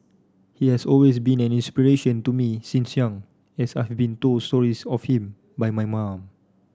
he has always been an inspiration to me since young as I have been told stories of him by my mum